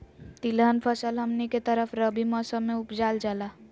तिलहन फसल हमनी के तरफ रबी मौसम में उपजाल जाला